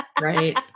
Right